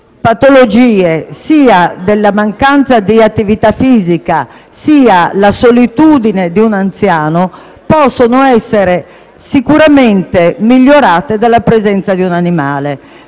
in depressione. La mancanza di attività fisica e la solitudine di un anziano possono essere sicuramente migliorate dalla presenza di un animale.